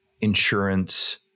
insurance